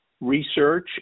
research